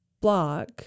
block